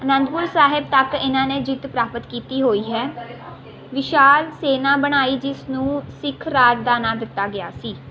ਅਨੰਦਪੁਰ ਸਾਹਿਬ ਤੱਕ ਇਹਨਾਂ ਨੇ ਜਿੱਤ ਪ੍ਰਾਪਤ ਕੀਤੀ ਹੋਈ ਹੈ ਵਿਸ਼ਾਲ ਸੈਨਾ ਬਣਾਈ ਜਿਸ ਨੂੰ ਸਿੱਖ ਰਾਜ ਦਾ ਨਾਂ ਦਿੱਤਾ ਗਿਆ ਸੀ